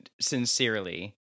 sincerely